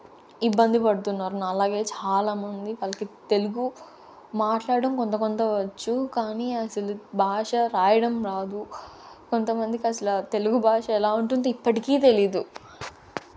ఇబ్బంది పడుతున్నారు నాలాగే చాలామంది వాళ్ళకి తెలుగు మాట్లాడడం కొంత కొంత వచ్చు కానీ అసలు భాష రాయడం రాదు కొంతమందికసల తెలుగు భాష ఎలా ఉంటుంది ఇప్పటికీ తెలియదు